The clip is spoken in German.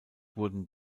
wurden